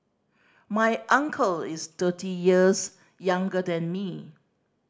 my uncle is thirty years younger than me